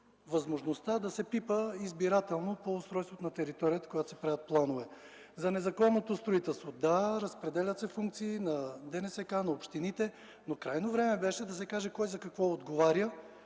възможност да се пипа избирателно по устройството на територията, когато се правят планове. За незаконното строителство. Да, разпределят се функции на ДНСК, на общините, но крайно време беше да се каже кой за какво отговаря.